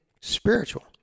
spiritual